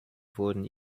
wurden